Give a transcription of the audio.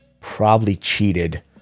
probably-cheated